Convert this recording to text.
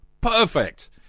Perfect